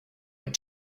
had